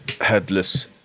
headless